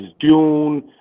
June